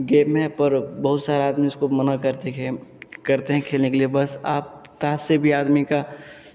game है पर बहुत सारा आदमी उसको मना करते हैं गेम करते हैं खेलने के बस आप ताश से भी आदमी का